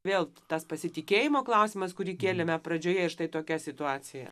vėl tas pasitikėjimo klausimas kurį kėlėme pradžioje ir štai tokia situacija